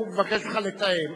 הוא מבקש ממך לתאם.